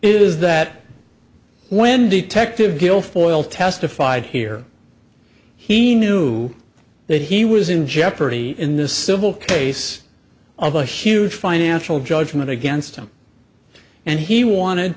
is that when detective guilfoyle testified here he knew that he was in jeopardy in the civil case of a huge financial judgment against him and he wanted